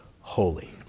holy